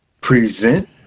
Present